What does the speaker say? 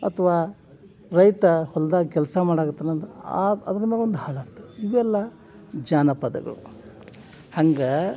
ಅಥವಾ ರೈತ ಹೊಲ್ದಾಗ ಕೆಲಸ ಮಾಡಗತ್ತನಂತ ಆ ಅದ್ರ ಮ್ಯಾಲ್ ಒಂದು ಹಾಡು ಹಾಡ್ತಾಳ ಇವೆಲ್ಲ ಜಾನಪದಗಳು ಹಂಗೆ